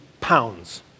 pounds